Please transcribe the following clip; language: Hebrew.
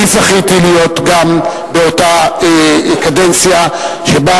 גם אני זכיתי להיות באותה קדנציה שבה